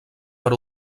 per